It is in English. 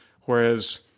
whereas